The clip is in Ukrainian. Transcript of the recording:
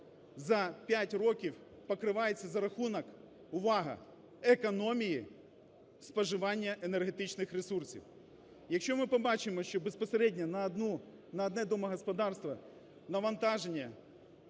за 5 років покривається за рахунок – увага! – економії споживання енергетичних ресурсів. Якщо ми побачимо, що безпосередньо на одну... на одне домогосподарство навантаження